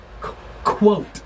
quote